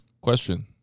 Question